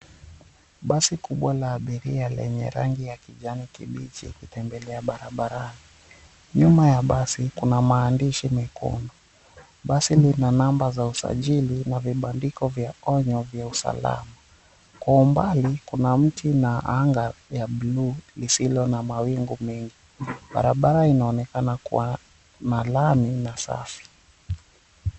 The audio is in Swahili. Basi kubwa la abiria, lenye rangi ya kijani kibichi, ikitembelea barabarani. Nyuma ya basi kuna maandishi mekundu, basi lina namba za usajili na vibandiko vya onyo vya usalama. Kwa umbali kuna mti na anga ya blue lisilo na mawingu mengi. Barabara inaonekana kuwa malami na asafi.